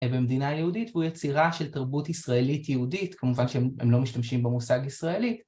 במדינה היהודית והוא יצירה של תרבות ישראלית-יהודית, כמובן שהם לא משתמשים במושג ישראלית.